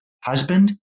husband